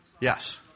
Yes